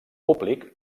públic